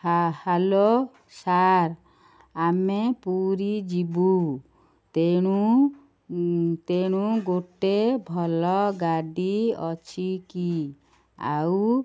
ହା hello sir ଆମେ ପୁରୀ ଯିବୁ ତେଣୁ ତେଣୁ ଗୋଟେ ଭଲ ଗାଡ଼ି ଅଛି କି ଆଉ